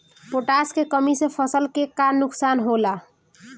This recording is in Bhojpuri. पोटाश के कमी से फसल के का नुकसान होला?